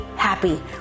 happy